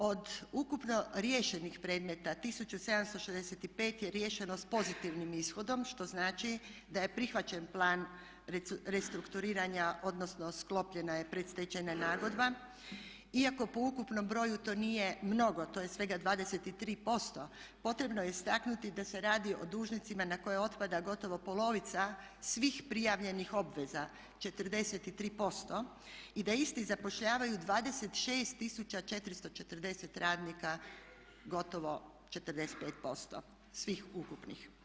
Od ukupno riješenih predmeta 1765 je riješeno s pozitivnim ishodom što znači da je prihvaćen plan restrukturiranja odnosno sklopljena je predstečajna nagodba iako po ukupnom broju to nije mnogo to je svega 23% potrebno je istaknuti da se radio o dužnicima na koje otpada gotovo polovica svih prijavljenih obveza 43% i da isti zapošljavaju 26 440 radnika gotovo 45% svih ukupnih.